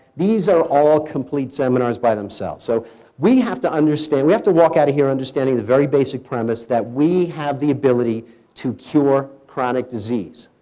these are all complete seminars by themselves. so we have to understand we have to walk out of here understanding the very basic premise that we have the ability to cure chronic disease.